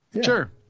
Sure